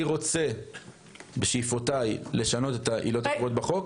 אני רוצה לשנות את העילות הקבועות בחוק.